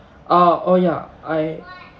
ah oh ya I